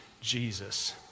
Jesus